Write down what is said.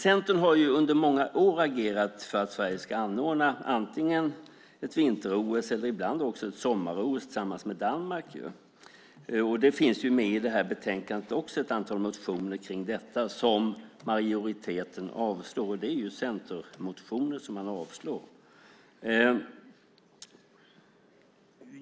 Centern har under många år agerat för att Sverige ska anordna antingen ett vinter-OS eller ibland ett sommar-OS tillsammans med Danmark. Ett antal motioner om detta finns med i betänkandet. Majoriteten avslår dem. Det är alltså centermotioner man avslår.